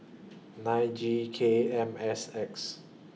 nine G K M S X